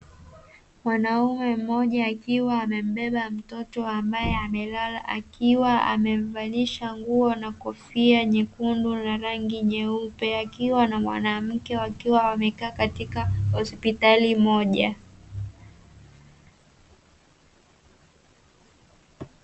Mwanaume mmoja akiwa amembeba mtoto ambaye amelala, akiwa amemvalisha nguo na kofia nyekundu na rangi nyeupe. Akiwa na na mwanamke wakiwa wamekaa katika hospitali moja.